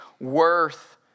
worth